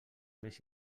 més